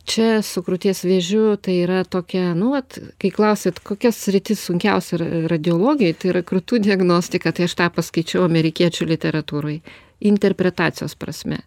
čia su krūties vėžiu tai yra tokia nu vat kai klausėt kokia sritis sunkiausia radiologijoj tai yra krūtų diagnostika tai aš tą paskaičiau amerikiečių literatūroj interpretacijos prasme